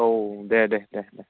औ दे दे दे दे